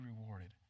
rewarded